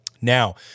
Now